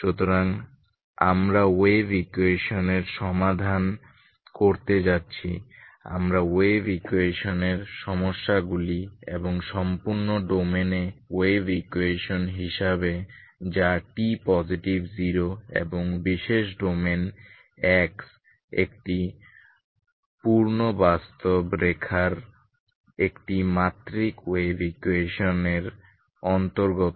সুতরাং আমরা wave equation এর সমাধান করতে যাচ্ছি আমরা ওয়েভ ইকুয়েশন এর সমস্যাগুলি এবং সম্পূর্ণ ডোমেনে ওয়েভ ইকুয়েশন হিসেবে যা t 0 এবং বিশেষ ডোমেন x একটি পূর্ণ বাস্তব রেখার একটি মাত্রিক ওয়েভ ইকুয়েশন এর অন্তর্গত